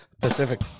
Pacific